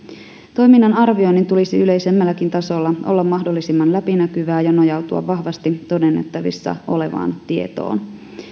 toiminnan arvioinnin tulisi yleisemmälläkin tasolla olla mahdollisimman läpinäkyvää ja nojautua vahvasti todennettavissa olevaan tietoon